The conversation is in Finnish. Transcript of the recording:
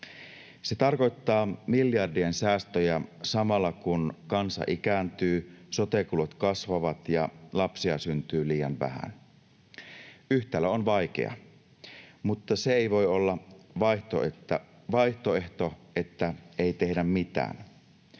Se tarkoittaa miljardien säästöjä samalla kun kansa ikääntyy, sote-kulut kasvavat ja lapsia syntyy liian vähän. Yhtälö on vaikea, mutta se ei voi olla vaihtoehto, että ei tehdä mitään.